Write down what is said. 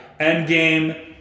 Endgame